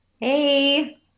Hey